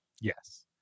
Yes